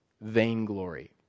Vainglory